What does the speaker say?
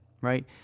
right